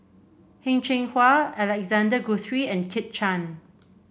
Heng Cheng Hwa Alexander Guthrie and Kit Chan